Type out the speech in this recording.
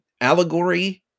allegory